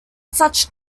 such